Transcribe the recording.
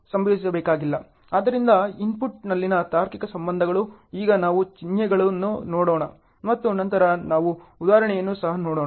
ಆದ್ದರಿಂದ ಇನ್ಪುಟ್ನಲ್ಲಿನ ತಾರ್ಕಿಕ ಸಂಬಂಧಗಳು ಈಗ ನಾವು ಚಿಹ್ನೆಗಳನ್ನು ನೋಡೋಣ ಮತ್ತು ನಂತರ ನಾವು ಒಂದು ಉದಾಹರಣೆಯನ್ನು ಸಹ ನೋಡೋಣ